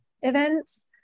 events